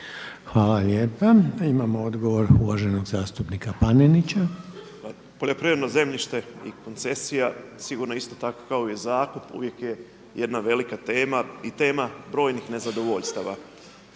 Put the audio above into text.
Hvala lijepa. Imamo odgovor uvaženog zastupnika Panenića. **Panenić, Tomislav (MOST)** Poljoprivredno zemljište i koncesija sigurno isto tako kao i zakup uvijek je jedna velika tema i tema brojnih nezadovoljstava.